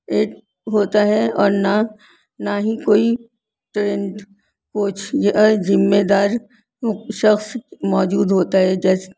add ہوتا ہے اور نہ نہ ہی کوئی ٹرینٹ کوچ یا ذمے دار شخص موجود ہوتا ہے جیس